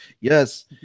Yes